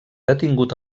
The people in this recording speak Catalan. detingut